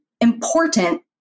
important